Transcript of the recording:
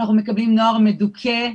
אנחנו מקבלים נוער מדוכא,